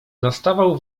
nastawał